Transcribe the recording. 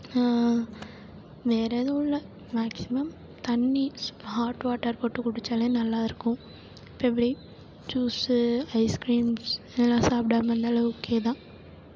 வேறு எதுவும் இல்லை மேக்ஸிமம் தண்ணி ஹாட் வாட்டர் போட்டு குடித்தாலே நல்லாயிருக்கும் இப்போ எப்படி ஜூஸு ஐஸ்க்ரீம்ஸ் இதெல்லாம் சாப்பிடாம இருந்தாலே ஓகே தான்